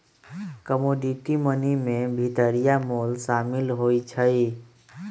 commodity money में भितरिया मोल सामिल होइ छइ